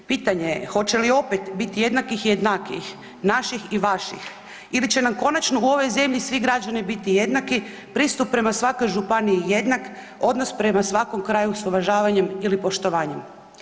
Pitanje je hoće li opet biti jednakih i jednakijih, naših i vaših ili će nam konačno u ovoj zemlji svi građani biti jednaki, pristup prema svakoj županiji jednak, odnos prema svakom kraju s uvažavanjem ili poštovanjem?